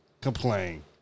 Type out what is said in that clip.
Complain